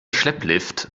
schlepplift